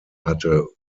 hatte